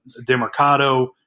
DeMarcado